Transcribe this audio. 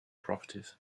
properties